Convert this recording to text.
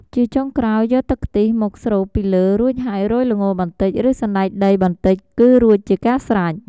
ជាចុងក្រោយ យកទឹកខ្ទិះមកស្រូបពីលើរួចហើយរោយល្ងបន្តិច ឬសណ្ដែកដីបន្តិចគឺរួចជាការស្រេច។